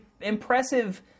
Impressive